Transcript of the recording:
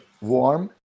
warm